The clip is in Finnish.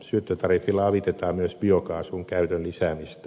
syöttötariffilla avitetaan myös biokaasun käytön lisäämistä